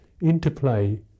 interplay